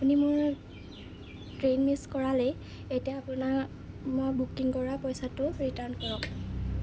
আপুনি মোৰ train miss কৰালেই এতিয়া আপোনাক মই বুকিং কৰা পইচাটো ৰিটাৰ্ণ কৰক